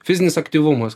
fizinis aktyvumas